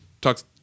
talks